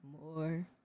More